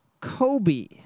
Kobe